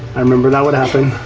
i remember that would happen.